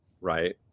Right